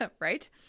Right